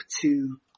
two